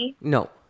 No